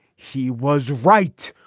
he was right.